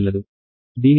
దీని అర్థం ఏమిటి SCR 1 0